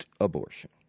abortion